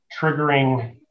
triggering